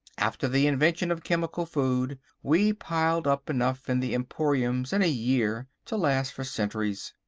after the invention of chemical food we piled up enough in the emporiums in a year to last for centuries.